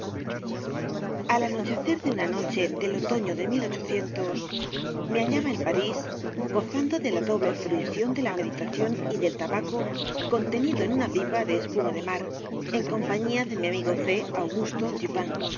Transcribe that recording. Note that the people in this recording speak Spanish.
al anochecer de una noche del otoño de me hallaba en parís gozando de la doble fruición de la meditación y del tabaco contenido en una pipa de espuma de mar en compañía de mi amigo c augusto